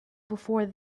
before